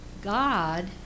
God